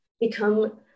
become